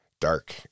dark